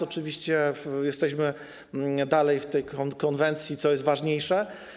Oczywiście jesteśmy dalej w tej konwencji, co jest ważniejsze.